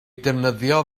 defnyddio